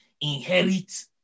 inherit